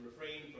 refrain